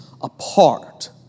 apart